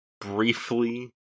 Briefly